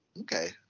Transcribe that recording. Okay